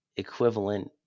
equivalent